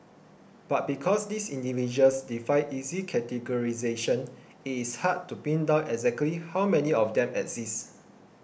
but because these individuals defy easy categorisation it is hard to pin down exactly how many of them exist